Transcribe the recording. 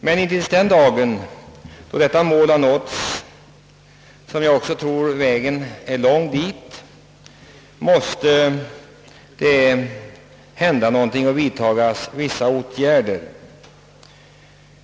Men fram till den dag då detta mål nåtts — jag tror vägen dit är lång — måste vi lita till andra åtgärder.